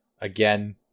again